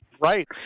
Right